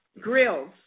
Grills